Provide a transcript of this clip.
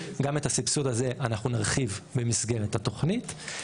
גם את הסבסוד הזה אנחנו נרחיב במסגרת התכנית,